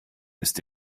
ist